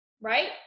right